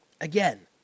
again